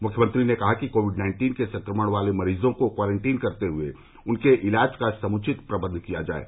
मुख्यमंत्री ने कहा कि कोविड नाइन्टीन के संक्रमण वाले मरीजों को क्वारंटीन करते हुये उनके इलाज का समुचित प्रबंध किया जाये